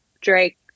Drake